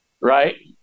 right